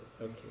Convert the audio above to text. Okay